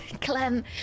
Clem